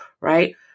right